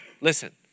Listen